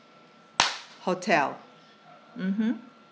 hotel mmhmm